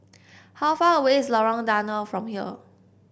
how far away is Lorong Danau from here